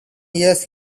years